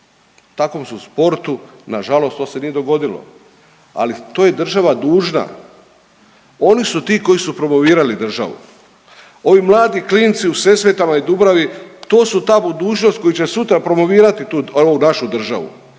takvom su sportu, na žalost to se nije dogodilo. Ali to je država dužna. Oni su ti koji su promovirali državu. Ovi mladi klinci u Sesvetama i Dubravi to su ta budućnost koju će sutra promovirati tu, ovu